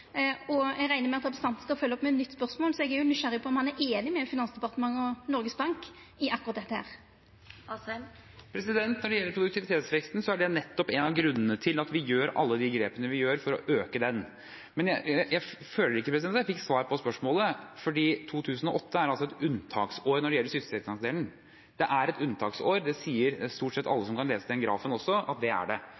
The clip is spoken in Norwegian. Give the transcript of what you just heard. halvert. Eg reknar med at representanten skal følgja opp med eit nytt spørsmål, så eg er nysgjerrig på om han er einig med Finansdepartementet og Noregs Bank i akkurat dette. Når det gjelder produktivitetsveksten, er det nettopp en av grunnene til at vi tar alle de grepene vi tar for å øke den. Men jeg føler ikke at jeg fikk svar på spørsmålet, for 2008 er altså et unntaksår når det gjelder sysselsettingsandelen. Det er et unntaksår, det sier stort sett alle